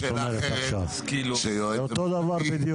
זה אותו דבר,